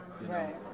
right